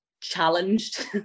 challenged